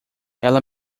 ela